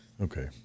Okay